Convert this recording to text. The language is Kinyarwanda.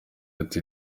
ati